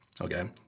Okay